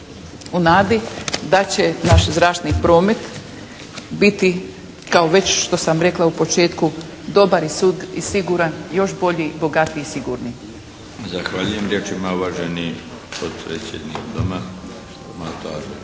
u nadi da će naš zračni promet biti kao već što sam rekla u početku, dobar i siguran, još bolji, bogatiji i sigurniji. **Milinović, Darko (HDZ)** Zahvaljujem.